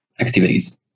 activities